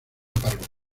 parroquia